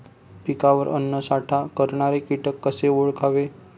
पिकावर अन्नसाठा करणारे किटक कसे ओळखावे?